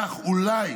כך אולי